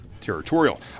Territorial